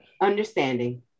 understanding